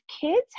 kids